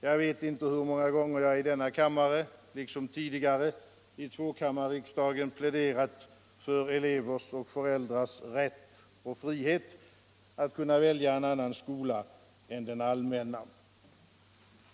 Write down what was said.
Jag vet inte hur många gånger jag i denna riksdag liksom tidigare i tvåkammarriksdagen har pläderat för elevers och föräldrars rätt och frihet att välja en annan skola än den allmänna.